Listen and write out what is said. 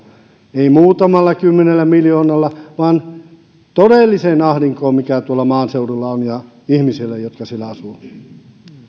ei vain muutamalla kymmenellä miljoonalla siihen todelliseen ahdinkoon mikä tuolla maaseudulla ja ihmisillä jotka siellä asuvat